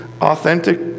authentic